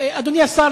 אדוני השר,